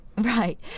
Right